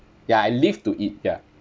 ya I live to eat ya